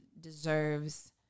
deserves